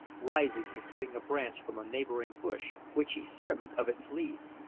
rising and cutting a branch from a neighbouring bush, which he stripped of its leaves.